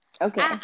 Okay